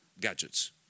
gadgets